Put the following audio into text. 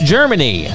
Germany